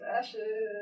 fashion